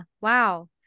Wow